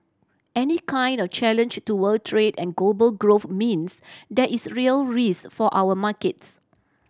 any kind of challenge to world trade and global growth means there is real risk for our markets